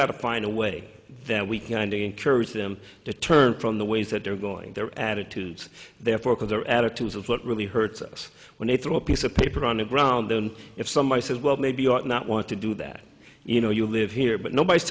got to find a way that we can to encourage them to turn from the ways that they're going their attitudes their fork of their attitudes of what really hurts us when they throw a piece of paper on the ground and if somebody says well maybe you ought not want to do that you know you live here but nobody's